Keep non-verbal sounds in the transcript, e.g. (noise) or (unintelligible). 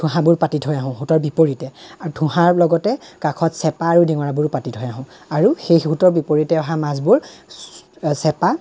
থোঁহাবোৰ পাতি থৈ আহোঁ সুতৰ বিপৰীতে আৰু থোঁহাৰ লগতে কাষত চেপা আৰু ডিঙৰাবোৰ পাতি থৈ আহোঁ আৰু সেই সুতৰ বিপৰীতে অহা মাছবোৰ (unintelligible) চেপা